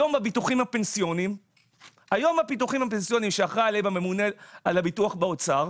היום הביטוחים הפנסיוניים שאחראי עליהם הממונה על הביטוח באוצר,